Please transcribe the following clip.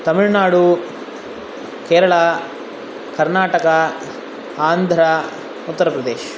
तमिल्नाडुः केरला कर्नाटकः आन्ध्रः उत्तरप्रदेशः